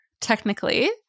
technically